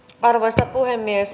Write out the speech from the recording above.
arvoisa puhemies